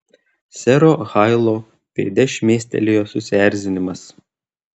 sero hailo veide šmėstelėjo susierzinimas